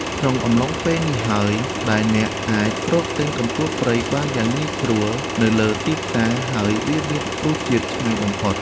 ក្នុងអំឡុងពេលនេះហើយដែលអ្នកអាចរកទិញកន្ទួតព្រៃបានយ៉ាងងាយស្រួលនៅលើទីផ្សារ ហើយវាមានរសជាតិឆ្ងាញ់បំផុត។